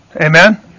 Amen